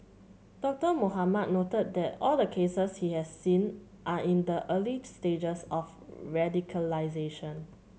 Doctor Mohamed noted that all the cases he has seen are in the early stages of radicalisation